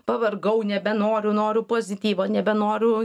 pavargau nebenoriu noriu pozityvo nebenoriu